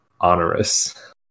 onerous